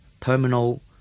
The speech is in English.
terminal